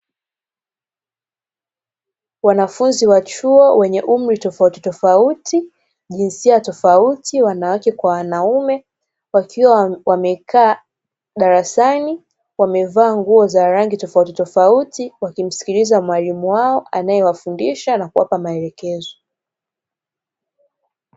Wanafunzi wa chuo wenye umri tofautitofauti, jinsia tofauti wanawake kwa wanaume wakiwa wamekaa darasani wamevaa nguo za rangi tofautitofauti, wakimsikiliza mwalimu wao anayewafundisha na kuwapa maelekezo.